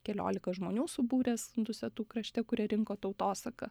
keliolika žmonių subūręs dusetų krašte kurie rinko tautosaką